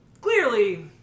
clearly